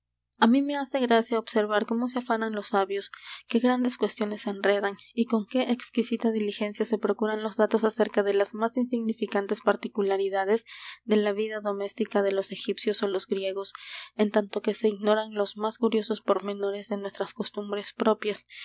á mí me hace gracia observar cómo se afanan los sabios qué grandes cuestiones enredan y con qué exquisita diligencia se procuran los datos acerca de las más insignificantes particularidades de la vida doméstica de los egipcios ó los griegos en tanto que se ignoran los más curiosos pormenores de nuestras costumbres propias